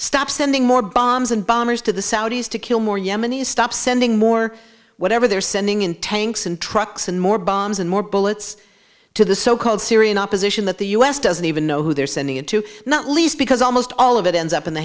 sending more bombs and bombers to the saudis to kill more yemenis stop sending more whatever they're sending in tanks and trucks and more bombs and more bullets to the so called syrian opposition that the u s doesn't even know who they're sending it to not least because almost all of it ends up in the